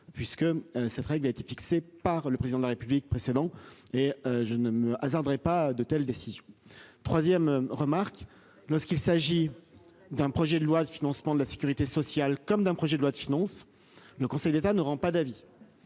puisque cette règle a été fixée par le président de la République précédent et je ne me hasarderais pas de telles décisions. 3ème remarque lorsqu'il s'agit. D'un projet de loi de financement de la Sécurité sociale comme d'un projet de loi de finances. Le Conseil d'État ne rend pas d'avis.